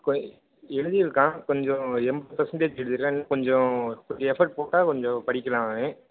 கொ எழுதிருக்கான் கொஞ்சம் எண்பது பர்சண்டேஜ் எழுதிருக்கான் இன்னும் கொஞ்சம் எஃபோர்ட் போட்டால் கொஞ்சம் படிக்கலாம் அவன்